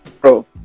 Bro